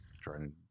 Trying